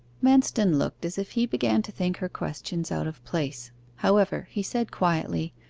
manston looked as if he began to think her questions out of place however, he said quietly,